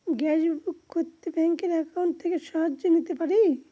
Gas book করতে ব্যাংকের account থেকে সাহায্য নিতে পারি?